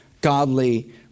godly